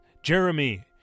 Jeremy